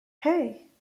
hey